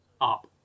up